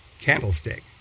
candlestick